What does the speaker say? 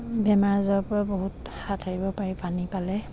বেমাৰ আজাৰৰ পৰা বহুত হাত সাৰিব পাৰি পানী পালে